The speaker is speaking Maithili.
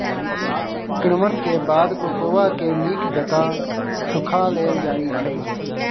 किण्वन के बाद कोकोआ के नीक जकां सुखा लेल जाइ छइ